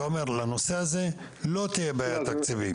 אתה אומר שלנושא הזה לא תהיה בעיה תקציבית.